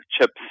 chips